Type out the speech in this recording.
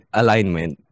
alignment